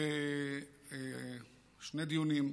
שני דיונים,